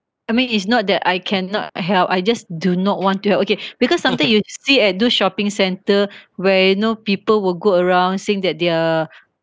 I mean it's not that I cannot help I just do not want to help okay because something you see at those shopping centre where you know people will go around saying that they're